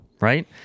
Right